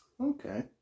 Okay